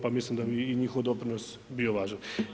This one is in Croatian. Pa mislim da bi i njihov doprinos bio važan.